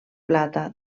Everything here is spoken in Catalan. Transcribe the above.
plata